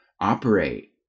operate